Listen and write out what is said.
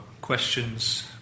questions